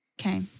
Okay